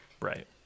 Right